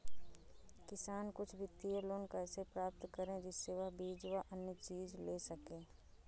किसान कुछ वित्तीय लोन कैसे प्राप्त करें जिससे वह बीज व अन्य चीज ले सके?